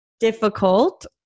difficult